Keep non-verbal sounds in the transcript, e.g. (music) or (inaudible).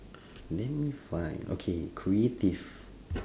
(breath) name me five okay creative